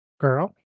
Girl